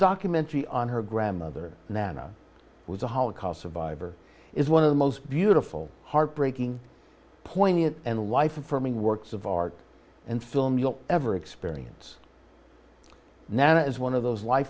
documentary on her grandmother nana was a holocaust survivor is one of the most beautiful heartbreaking poignant and life affirming works of art and film you'll ever experience now as one of those life